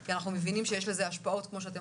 כי אנחנו מבינים שיש לזה השפעות כמו שאתם